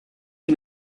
sie